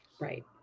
Right